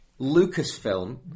Lucasfilm